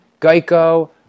Geico